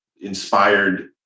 inspired